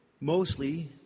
mostly